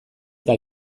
eta